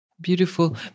Beautiful